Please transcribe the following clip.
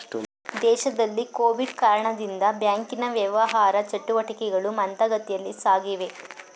ದೇಶದಲ್ಲಿ ಕೊವಿಡ್ ಕಾರಣದಿಂದ ಬ್ಯಾಂಕಿನ ವ್ಯವಹಾರ ಚಟುಟಿಕೆಗಳು ಮಂದಗತಿಯಲ್ಲಿ ಸಾಗಿವೆ